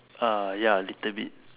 uh ya little bit